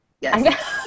yes